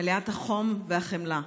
מלאת החום והחמלה,